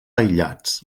aïllats